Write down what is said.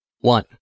One